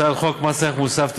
הצעת חוק מס ערך מוסף (תיקון,